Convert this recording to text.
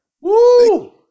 Woo